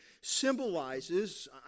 symbolizes